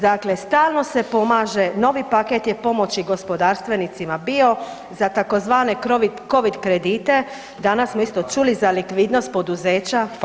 Dakle, stalno se pomaže, novi paket je pomoći gospodarstvenicima bio za tzv. Covid kredite, danas smo isto čuli za likvidnost poduzeća [[Upadica: Hvala lijepa.]] hvala.